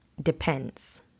depends